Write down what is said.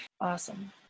awesome